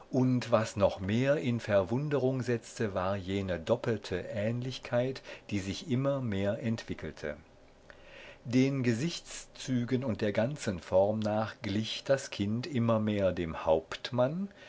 und was noch mehr in verwunderung setzte war jene doppelte ähnlichkeit die sich immer mehr entwickelte den gesichtszügen und der ganzen form nach glich das kind immer mehr dem hauptmann